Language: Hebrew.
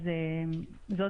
סוכנויות הנסיעות,